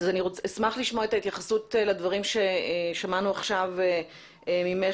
אני אשמח לשמוע את ההתייחסות לדברים ששמענו עכשיו ממך,